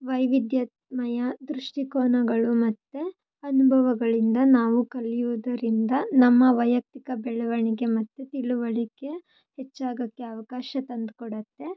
ವೈವಿಧ್ಯಮಯ ದೃಷ್ಟಿಕೋನಗಳು ಮತ್ತು ಅನುಭವಗಳಿಂದ ನಾವು ಕಲಿಯೋದರಿಂದ ನಮ್ಮ ವೈಯಕ್ತಿಕ ಬೆಳವಣಿಗೆ ಮತ್ತು ತಿಳಿವಳಿಕೆ ಹೆಚ್ಚಾಗೋಕ್ಕೆ ಅವಕಾಶ ತಂದುಕೊಡತ್ತೆ